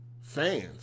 fans